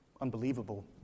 unbelievable